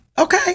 Okay